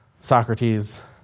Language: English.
Socrates